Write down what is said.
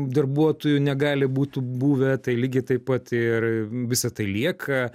darbuotojų negali būtų buvę tai lygiai taip pat ir visa tai lieka